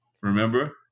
Remember